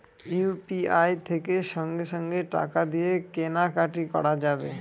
UPI থেকে সঙ্গে সঙ্গে টাকা দিয়ে কেনা কাটি করা যাবে